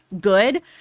good